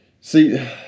See